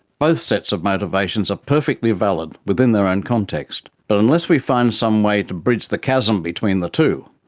both sets of motivations are perfectly valid within their own context, but unless we find some way to bridge the chasm between the two,